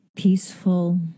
Peaceful